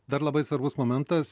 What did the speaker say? dar labai svarbus momentas